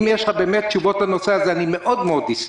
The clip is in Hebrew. אם יש לך תשובות לנושא הזה, אני אשמח מאוד-מאוד.